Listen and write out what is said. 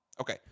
Okay